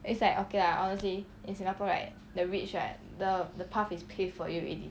it's like okay lah honestly in singapore right the rich right the the path is paved for you already